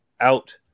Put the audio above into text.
out